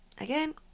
again